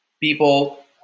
people